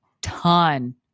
ton